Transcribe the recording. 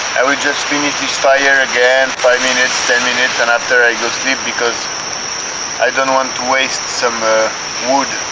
i will just finish this fire again five minutes, ten minutes and after i go sleep because i don't want to waste some ah wood